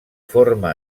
forma